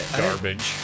garbage